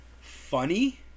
Funny